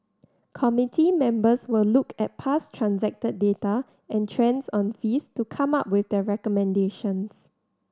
committee members will look at past transacted data and trends on fees to come up with their recommendations